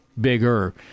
bigger